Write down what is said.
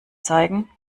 zeigen